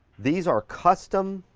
these are custom,